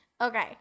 Okay